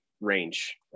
range